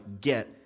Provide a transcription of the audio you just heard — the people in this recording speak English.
get